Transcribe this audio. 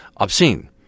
obscene